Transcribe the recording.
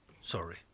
Sorry